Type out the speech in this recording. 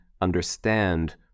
understand